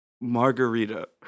Margarita